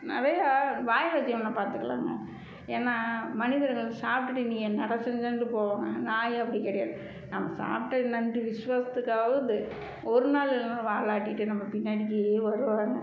நிறையா வாயில்லா ஜீவன பார்த்துக்கலாங்க ஏன்னால் மனிதர்கள் சாப்பிடுட்டு நீ என்னடா செஞ்சேன்ட்டு போவாங்க நாய் அப்படி கிடையாது நம்ம சாப்பிட்டு என்னான்ட்டு விஸ்வாசத்துக்காவது ஒரு நாள் இல்லைனாலும் வாலாட்டிகிட்டு நம்ப பின்னாடிக்கே வருவாங்க